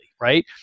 right